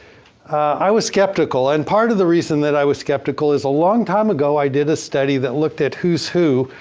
i was skeptical. and part of the reason that i was skeptical is a long time ago i did a study that looked at who's who,